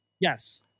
Yes